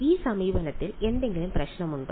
ഈ സമീപനത്തിൽ എന്തെങ്കിലും പ്രശ്നമുണ്ടോ